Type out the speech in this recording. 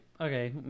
okay